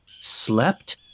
slept